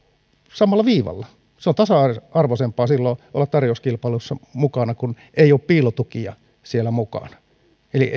samalla viivalla on tasa arvoisempaa silloin olla tarjouskilpailussa mukana kun ei ole piilotukia siellä mukana eli